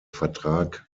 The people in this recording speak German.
vertrag